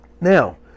Now